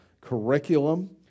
curriculum